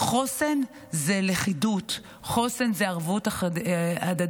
חוסן זה לכידות, חוסן זה ערבות הדדית.